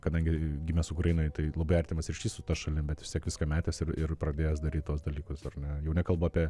kadangi gimęs ukrainoj tai labai artimas ryšys su ta šalim bet vis tiek viską metęs ir ir pradėjęs daryt tuos dalykus ar ne jau nekalbu apie